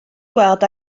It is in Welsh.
gweld